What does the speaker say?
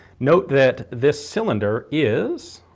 note that this cylinder is